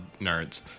nerds